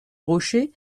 rocher